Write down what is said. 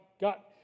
got